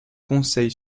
conseil